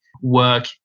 work